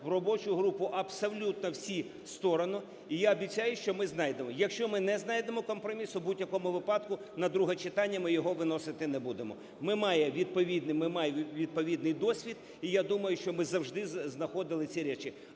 в робочу групу абсолютно всі сторони. І я обіцяю, що ми знайдемо. Якщо ми не знайдемо компромісу, в будь-якому випадку на друге читання ми його виносити не будемо. Ми маємо відповідний досвід, і я думаю, що ми завжди знаходили ці речі.